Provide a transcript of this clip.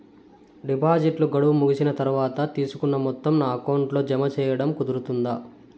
డిపాజిట్లు గడువు ముగిసిన తర్వాత, తీసుకున్న మొత్తం నా అకౌంట్ లో జామ సేయడం కుదురుతుందా?